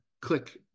Click